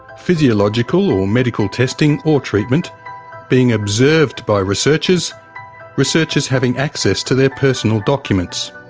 physiological or medical testing or treatment being observed by researchers researchers having access to their personal documents.